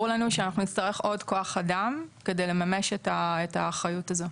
שאנחנו נצטרך עוד כוח אדם כדי לממש את האחריות הזו,